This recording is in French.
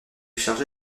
chargé